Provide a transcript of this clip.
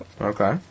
Okay